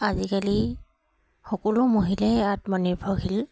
আজিকালি সকলো মহিলাই আত্মনিৰ্ভৰশীল